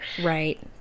Right